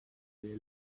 feel